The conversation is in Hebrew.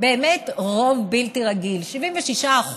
באמת רוב בלתי רגיל, 76%